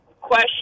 question